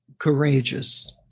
courageous